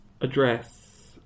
address